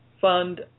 fund